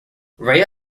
rhea